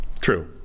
true